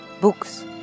books